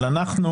אבל אנחנו,